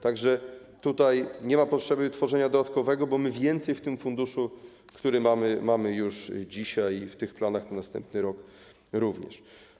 Tak że tutaj nie ma potrzeby tworzenia dodatkowego funduszu, bo my więcej w tym funduszu, który mamy, mamy już dzisiaj w tych planach, na następny rok również.